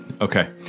Okay